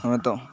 ହଁ ତ